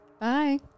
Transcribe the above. Bye